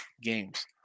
games